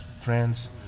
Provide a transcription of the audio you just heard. friends